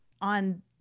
on